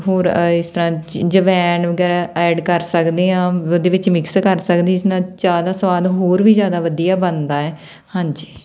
ਹੋਰ ਇਸ ਤਰ੍ਹਾਂ ਅਜਵਾਇਣ ਵਗੈਰਾ ਐਡ ਕਰ ਸਕਦੇ ਹਾਂ ਉਹਦੇ ਵਿੱਚ ਮਿਕਸ ਕਰ ਸਕਦੇ ਜਿਸ ਨਾਲ ਚਾਹ ਦਾ ਸੁਆਦ ਹੋਰ ਵੀ ਜ਼ਿਆਦਾ ਵਧੀਆ ਬਣਦਾ ਹੈ ਹਾਂਜੀ